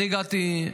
אני הגעתי,